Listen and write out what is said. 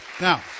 Now